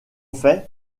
fait